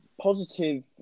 positive